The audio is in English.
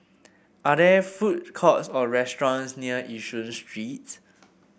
are there food courts or restaurants near Yishun Street